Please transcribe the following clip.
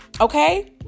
Okay